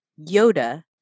Yoda